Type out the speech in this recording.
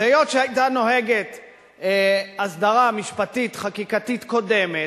היות שהיתה נוהגת הסדרה משפטית חקיקתית קודמת,